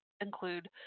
include